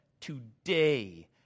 Today